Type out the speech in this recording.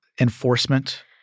enforcement